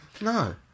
No